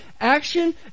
action